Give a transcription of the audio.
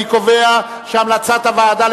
אני קובע שהמלצת הוועדה,